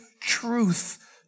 truth